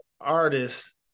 artists